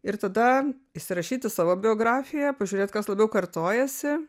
ir tada įsirašyt į savo biografiją pažiūrėt kas labiau kartojasi